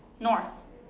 North